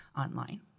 online